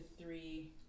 three